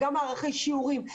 וגם מערכי שיעורים,